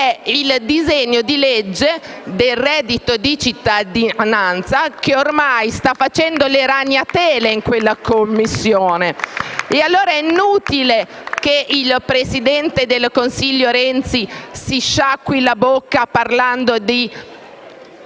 il disegno di legge sul reddito di cittadinanza, che ormai sta facendo le ragnatele in quella Commissione. *(Applausi dal Gruppo M5S)*. È inutile che il presidente del Consiglio Renzi si sciacqui la bocca parlando di